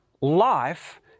Life